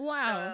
Wow